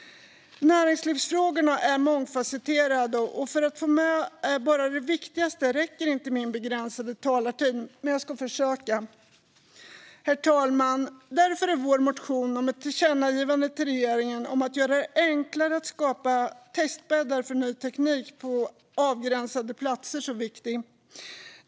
Näringslivsfrågorna är mångfasetterade. För att få med bara det viktigaste räcker inte min begränsade talartid, men jag ska försöka. Herr talman! Vår motion om ett tillkännagivande till regeringen om att göra det enklare att skapa testbäddar för ny teknik på avgränsade platser är viktig.